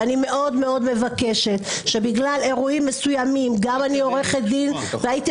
ואני מאוד מאוד מבקשת שבגלל אירועים מסוימים גם אני עורכת דין והייתי